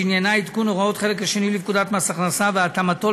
שעניינה עדכון הוראות החלק השני לפקודת מס הכנסה והתאמתו